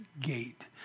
Gate